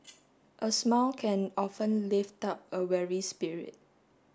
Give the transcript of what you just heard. a smile can often lift up a weary spirit